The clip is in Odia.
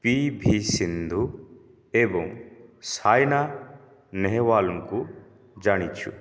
ପିଭି ସିନ୍ଧୁ ଏବଂ ସାଇନା ନେହୱାଲଙ୍କୁ ଜାଣିଛୁ